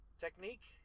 Technique